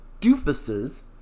doofuses